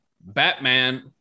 Batman